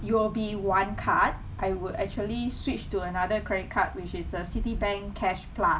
U_O_B one card I would actually switch to another credit card which is the Citibank cash plus